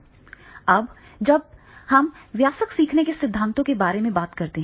अब जब हम वयस्क सीखने के सिद्धांतों के बारे में बात करते हैं